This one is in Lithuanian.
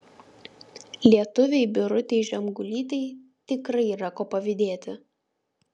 lietuvei birutei žemgulytei tikrai yra ko pavydėti